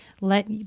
Let